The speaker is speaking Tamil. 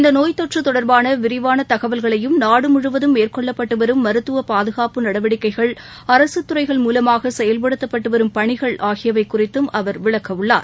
இந்த நோய் தொற்று தொடர்பான விரிவான தகவல்களையும் நாடு முழுவதும் மேற்கொள்ளப்பட்டு வரும் மருத்துவ பாதுகாப்பு நடவடிக்கைகள் அரசுத்துறைகள் மூலமாக செயல்படுத்தப்பட்டு வரும் பணிகள் ஆகியவை குறித்தும் அவர் விளக்க உள்ளார்